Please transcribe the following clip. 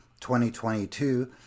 2022